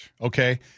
okay